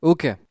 Okay